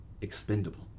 expendable